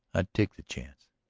i'd take the chance.